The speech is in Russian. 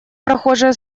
прохожие